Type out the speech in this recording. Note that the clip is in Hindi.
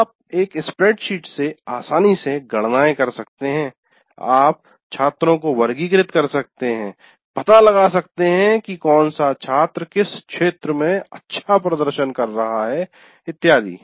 आप एक स्प्रेडशीट से आसानी से गणनाए कर सकते हैं आप छात्रों को वर्गीकृत कर सकते हैं पता लगा सकते हैं कि कौन सा छात्र किस क्षेत्र में अच्छा प्रदर्शन कर रहा है इत्यादि